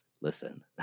listen